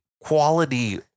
quality